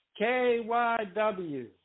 KYW